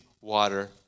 water